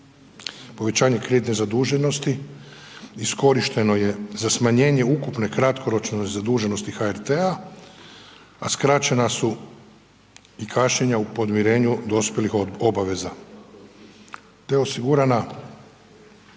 Povećanje kreditne zaduženosti iskorišteno je za smanjenje ukupne kratkoročne zaduženosti HRT-a, a skraćena su i kašnjenja u podmirenja dospjelih obaveza, te osigurana